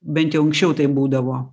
bent jau anksčiau taip būdavo